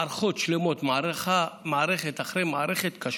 מערכות שלמות, מערכת אחרי מערכת כשלה.